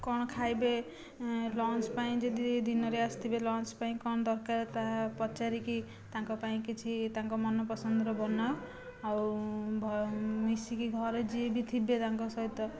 କ'ଣ ଖାଇବେ ଲଞ୍ଚ ପାଇଁ ଯଦି ଦିନରେ ଆସିଥିବେ ଲଞ୍ଚ ପାଇଁ କ'ଣ ଦରକାର ତାହା ପଚାରିକି ତାଙ୍କ ପାଇଁ କିଛି ତାଙ୍କ ମନପସନ୍ଦର ବନାଉ ଆଉ ମିଶିକି ଘରେ ଯିଏ ବି ଥିବେ ତାଙ୍କ ସହିତ